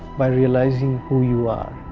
by realizing who you are.